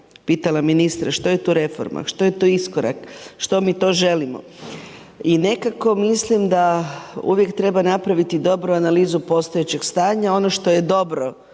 pitala ministra što je tu reforma, što je to iskorak, što mi to želimo? I nekako mislim da uvijek treba napraviti dobru analizu postojećeg stanja. Ono što je dobro